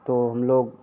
तो हम लोग